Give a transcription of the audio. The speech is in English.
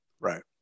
Right